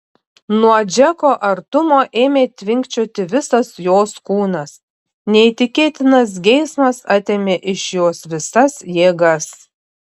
nuo džeko artumo ėmė tvinkčioti visas jos kūnas neįtikėtinas geismas atėmė iš jos visas jėgas